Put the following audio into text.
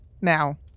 now